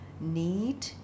need